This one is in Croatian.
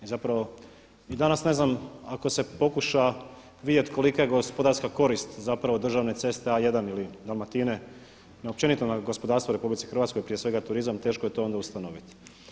I zapravo i danas ne znam ako se pokuša vidjeti kolika je gospodarska korist zapravo državne ceste A1 ili „Dalmatine“, općenito na gospodarstvo u RH prije svega turizam, teško je to onda ustanoviti.